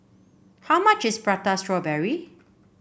how much is Prata Strawberry